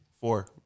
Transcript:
Four